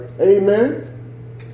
Amen